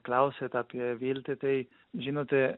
klausiat apie viltį tai žinote